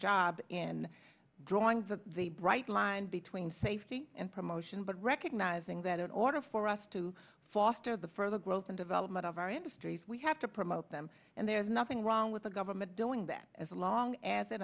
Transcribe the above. job in drawing the the bright line between safety and promotion but recognizing that in order for us to foster the further growth and development of our industries we have to promote them and there's nothing wrong with a government doing that as long as it